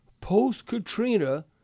post-Katrina